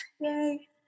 Yay